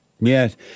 Yes